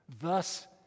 Thus